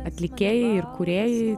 atlikėjai ir kūrėjai